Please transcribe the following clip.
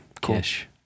Kish